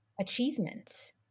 achievement